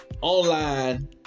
Online